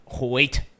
wait